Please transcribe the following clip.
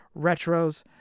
Retros